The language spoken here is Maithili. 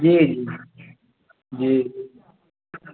जी जी